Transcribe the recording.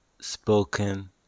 spoken